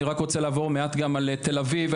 אני רק רוצה לעבור מעט גם על תל אביב.